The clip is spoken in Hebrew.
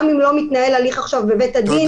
גם אם לא מתנהל עכשיו תהליך בבית הדין.